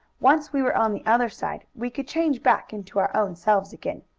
once we were on the other side we could change back into our own selves again.